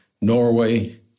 Norway